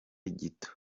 gito